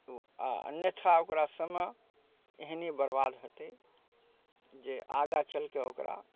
ओ आ अन्यथा ओकरा समय एहने बरबाद हेतै जे आगाँ चलि कऽ ओकरा